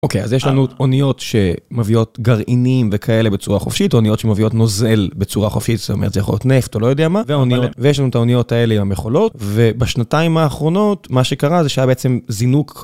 אוקיי, אז יש לנו אוניות שמביאות גרעינים וכאלה בצורה חופשית, אוניות שמביאות נוזל בצורה חופשית, זאת אומרת זה יכול להיות נפט או לא יודע מה, ואוניות, ויש לנו את האוניות האלה עם המכולות, ובשנתיים האחרונות, מה שקרה זה שהיה בעצם זינוק.